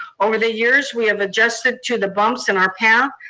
over the years we have adjusted to the bumps in our path,